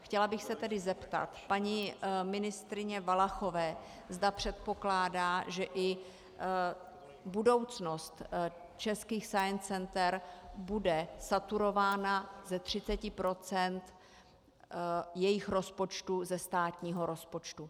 Chtěla bych se tedy zeptat paní ministryně Valachové, zda předpokládá, že i budoucnost českých science center bude saturována ze 30 % jejich rozpočtu ze státního rozpočtu.